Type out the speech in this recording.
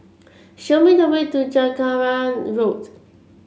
show me the way to Jacaranda Road